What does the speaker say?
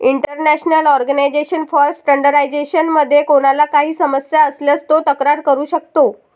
international organisation for standardisation मध्ये कोणाला काही समस्या असल्यास तो तक्रार करू शकतो